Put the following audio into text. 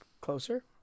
closer